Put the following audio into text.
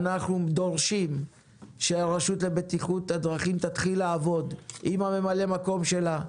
אנחנו דורשים שהרלב"ד תתחיל לעבוד עם ממלא המקום שלה,